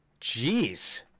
Jeez